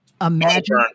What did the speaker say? Imagine